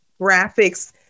graphics